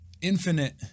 infinite